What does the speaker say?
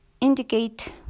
indicate